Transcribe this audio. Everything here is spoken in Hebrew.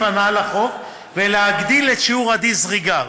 הנ"ל לחוק ולהגדיל את שיעור ה-disregard,